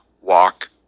walk